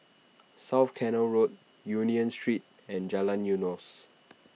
South Canal Road Union Street and Jalan Eunos